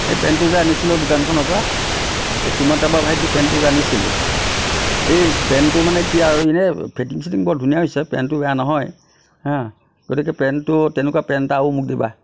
সেই পেণ্টটো যে আনিছিলোঁ দোকানখনৰপৰা তোমাৰ তাৰপৰা যে ভাইটোৰ পেণ্টটো যে আনিছিলোঁ এই পেণ্টটো মানে কি আৰু এনেই ফিটিং চিটিং বৰ ধুনীয়া হৈছে পেণ্টটো বেয়া নহয় হাঁ গতিকে পেণ্টটো তেনেকুৱা পেণ্ট এটা আৰু মোক দিবা